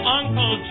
uncle